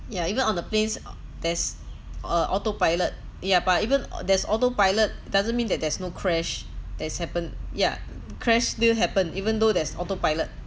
ya even on the planes there's a auto pilot ya but even there's autopilot doesn't mean that there's no crash that's happened yeah crash still happened even though there's autopilot